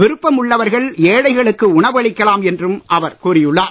விருப்பம் உள்ளவர்கள் ஏழைகளுக்கு உணவளிக்கலாம் என்றும் அவர் கூறியுள்ளார்